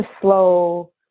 slow